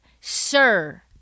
sir